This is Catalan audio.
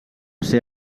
ser